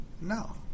No